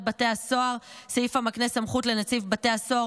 בתי הסוהר סעיף המקנה סמכות לנציב בתי הסוהר